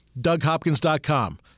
DougHopkins.com